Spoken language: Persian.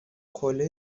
قله